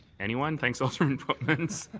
anyone? thanks, alderman pootmans.